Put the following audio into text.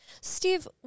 Steve